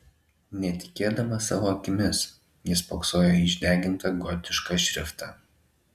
netikėdamas savo akimis jis spoksojo į išdegintą gotišką šriftą